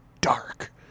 dark